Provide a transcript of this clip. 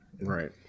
Right